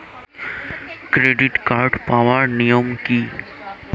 Credit card পাওয়ার নিয়ম কী?